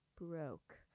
broke